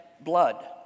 blood